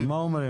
אז מה אומרים?